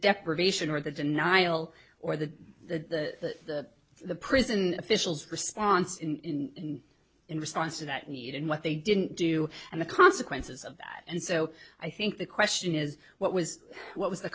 deprivation or the denial or the the the prison officials response in in response to that need and what they didn't do and the consequences of that and so i think the question is what was what was the